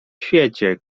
świecie